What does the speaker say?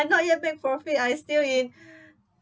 I not yet make profit I still in